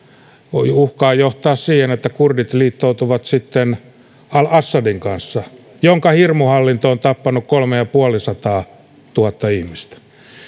uhkaa johtaa siihen että kurdit liittoutuvat sitten al assadin kanssa jonka hirmuhallinto on tappanut kolme ja puolisataatuhatta ihmistä